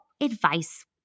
advice